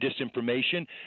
disinformation